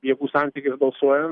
jėgų santykis balsuojant